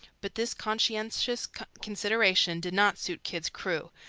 but this conscientious consideration did not suit kidd's crew.